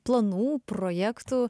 planų projektų